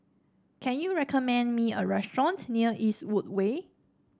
can you recommend me a restaurant near Eastwood Way